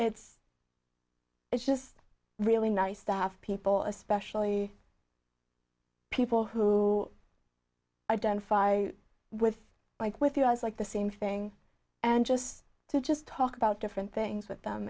it's it's just really nice to have people especially people who identify with like with you as like the same thing and just to just talk about different things with them